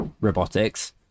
robotics